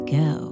go